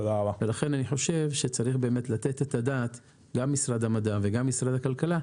לכן אני חושב שצריך באמת לתת את הדעת גם משרד המדע וגם משרד הכלכלה,